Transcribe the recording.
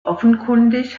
offenkundig